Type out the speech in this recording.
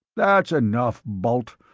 that's enough, balt.